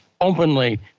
openly